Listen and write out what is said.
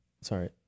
Sorry